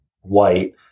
white